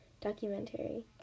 documentary